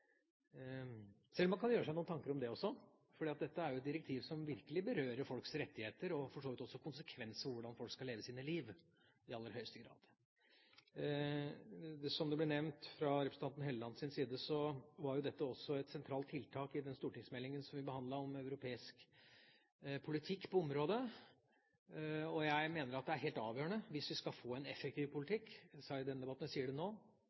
om man kan gjøre seg noen tanker om det også, for dette er et direktiv som virkelig berører folks rettigheter og for så vidt også har konsekvenser for hvordan folk skal leve sine liv, i aller høyeste grad. Som det ble nevnt fra representanten Hellelands side, var dette også et sentralt tiltak i den stortingsmeldingen som ble behandlet om europeisk politikk på området. Jeg mener at det er helt avgjørende – jeg har sagt det i tidligere debatter og jeg sier det nå – hvis vi skal få en effektiv